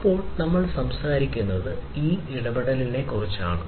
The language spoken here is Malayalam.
അപ്പോൾ നമ്മൾ സംസാരിക്കുന്നത് ഈ ഇടപെടലിനെക്കുറിച്ചാണ്